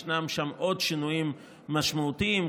יש שם עוד שינויים משמעותיים,